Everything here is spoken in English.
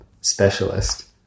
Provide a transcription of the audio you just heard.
specialist